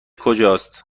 کجاست